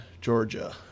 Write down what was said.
Georgia